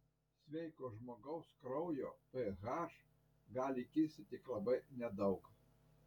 sveiko žmogaus kraujo ph gali kisti tik labai nedaug